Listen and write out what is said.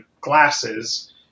glasses